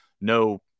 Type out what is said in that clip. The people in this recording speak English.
No